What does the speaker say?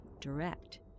direct